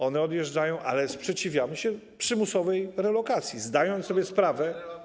I one odjeżdżają, ale sprzeciwiamy się przymusowej relokacji, zdając sobie sprawę.